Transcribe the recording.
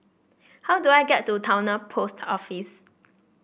how do I get to Towner Post Office